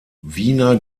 wiener